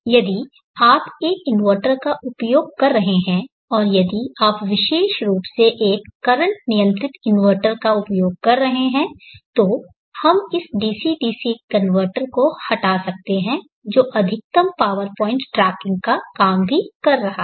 यदि आप एक इन्वर्टर का उपयोग कर रहे हैं और यदि आप विशेष रूप से एक करंट नियंत्रित इन्वर्टर का उपयोग कर रहे हैं तो हम इस डीसी डीसी कनवर्टर को हटा सकते हैं जो अधिकतम पावर पॉइंट ट्रैकिंग का काम भी कर रहा है